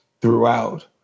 throughout